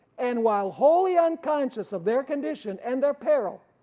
and while wholly unconscious of their condition and their peril,